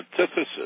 antithesis